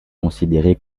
considérée